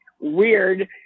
weird